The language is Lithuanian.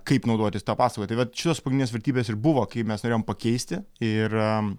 kaip naudotis ta paslauga tai vat šitos pagrindinės vertybės ir buvo kaip mes norėjom pakeisti ir